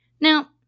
Now